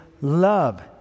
love